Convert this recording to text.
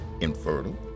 infertile